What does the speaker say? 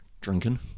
drinking